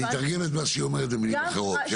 אני אתרגם את מה שהיא אומרת למילים אחרות.